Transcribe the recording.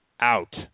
out